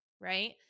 right